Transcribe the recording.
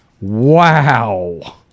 Wow